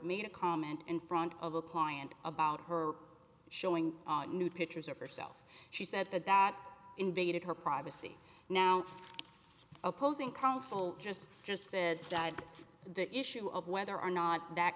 made a comment in front of a client about her showing nude pictures of herself she said that that invaded her privacy now opposing counsel just just said died the issue of whether or not that